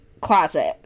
closet